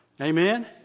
Amen